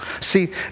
See